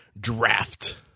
Draft